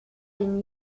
den